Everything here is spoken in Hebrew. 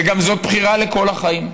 וגם זאת בחירה לכל החיים.